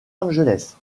angeles